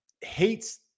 hates